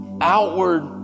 outward